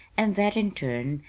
and that, in turn,